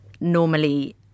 normally